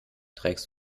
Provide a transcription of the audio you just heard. trägst